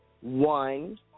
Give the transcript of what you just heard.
One